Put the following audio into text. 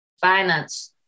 Finance